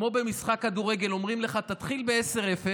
זה כמו משחק כדורגל שאומרים לך: תתחיל ב-0:10,